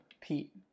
Pete